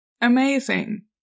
amazing